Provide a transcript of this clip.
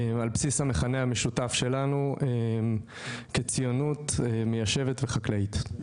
על בסיס המכנה המשותף שלנו כציונות מיישבת וחקלאית.